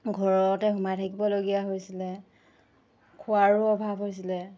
ঘৰতে সোমাই থাকিবলগীয়া হৈছিলে খোৱাৰো অভাৱ হৈছিলে